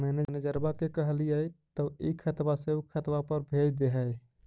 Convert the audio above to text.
मैनेजरवा के कहलिऐ तौ ई खतवा से ऊ खातवा पर भेज देहै?